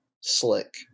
Slick